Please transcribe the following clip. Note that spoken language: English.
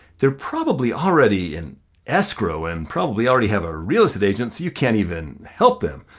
they're probably already in escrow and probably already have a real estate agent, so you can't even help them.